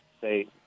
say